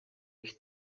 afite